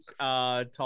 talk